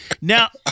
Now